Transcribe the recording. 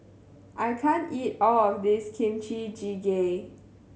I can't eat all of this Kimchi Jjigae